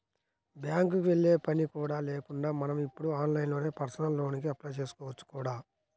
బ్యాంకుకి వెళ్ళే పని కూడా లేకుండా మనం ఇప్పుడు ఆన్లైన్లోనే పర్సనల్ లోన్ కి అప్లై చేసుకోవచ్చు కూడా